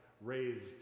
raised